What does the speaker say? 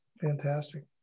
fantastic